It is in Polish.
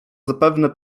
zapewne